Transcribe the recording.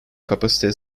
kapasiteye